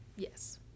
yes